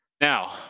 Now